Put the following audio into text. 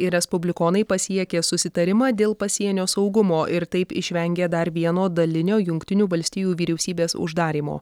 ir respublikonai pasiekė susitarimą dėl pasienio saugumo ir taip išvengė dar vieno dalinio jungtinių valstijų vyriausybės uždarymo